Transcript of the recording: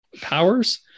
powers